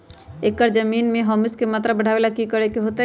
एक एकड़ जमीन में ह्यूमस के मात्रा बढ़ावे ला की करे के होतई?